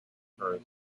occurs